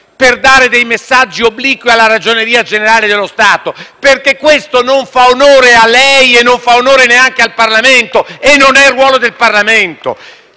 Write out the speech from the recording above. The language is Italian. per mandare messaggi obliqui alla Ragioneria generale dello Stato. Questo non fa onore a lei e neanche al Parlamento. Non è il ruolo del Parlamento.